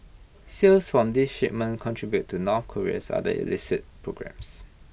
sales from these shipments contribute to north Korea's other illicit programmes